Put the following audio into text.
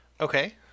Okay